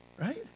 right